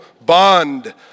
bond